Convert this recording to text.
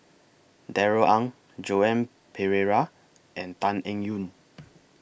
Darrell Ang Joan Pereira and Tan Eng Yoon